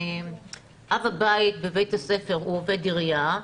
אב הבית בבית הספר הוא עובד עירייה.